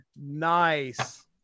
Nice